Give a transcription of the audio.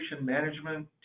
Management